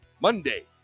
Monday